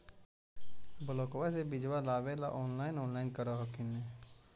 ब्लोक्बा से बिजबा लेबेले ऑनलाइन ऑनलाईन कर हखिन न?